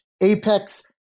apex